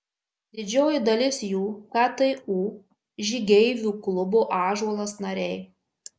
didžioji dalis jų ktu žygeivių klubo ąžuolas nariai